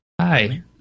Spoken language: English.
Hi